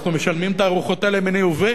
אנחנו משלמים את הארוחות האלה מיניה וביה.